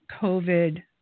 COVID